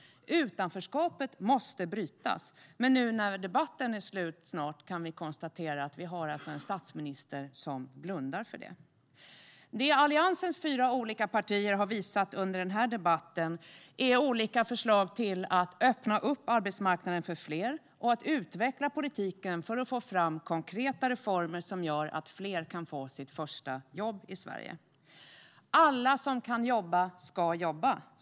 Utanförskapet måste brytas. Men efter denna debatt kan vi konstatera att vi har en statsminister som blundar för detta. Det Alliansens fyra partier har visat under debatten är olika förslag för att öppna upp arbetsmarknaden för fler och för att utveckla politiken för att få fram konkreta reformer så att fler kan få sitt första jobb i Sverige. Alla som kan jobba ska jobba.